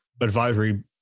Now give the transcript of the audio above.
advisory